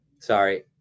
sorry